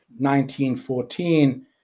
1914